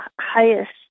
highest